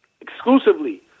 Exclusively